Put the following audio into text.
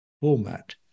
format